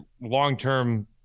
long-term